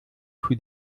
für